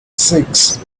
six